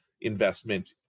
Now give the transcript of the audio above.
investment